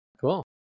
Cool